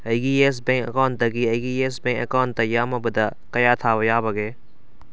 ꯑꯩꯒꯤ Yes Bank ꯑꯦꯀꯥꯎꯟꯇꯒꯤ ꯑꯩꯒꯤ ꯌꯦꯁ ꯕꯦꯡ ꯑꯦꯀꯥꯎꯟꯇ ꯌꯥꯝꯃꯕꯗ ꯀꯌꯥ ꯊꯥꯕ ꯌꯥꯕꯒꯦ